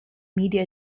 media